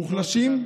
מוחלשים הם